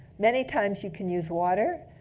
many times, you can use water.